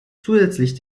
zusätzlich